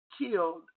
killed